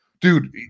dude